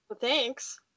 Thanks